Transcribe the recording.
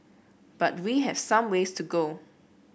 but we have some ways to go